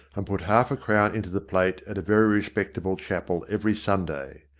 and put half-a-crown into the plate at a very respectable chapel every sunday.